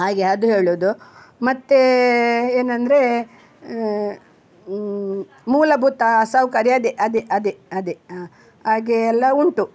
ಹಾಗೆ ಅದು ಹೇಳೋದು ಮತ್ತೆ ಏನೆಂದ್ರೆ ಮೂಲಭೂತ ಸೌಕರ್ಯ ಅದೆ ಅದೆ ಅದೆ ಅದೆ ಹಾಗೆ ಎಲ್ಲ ಉಂಟು